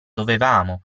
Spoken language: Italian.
dovevamo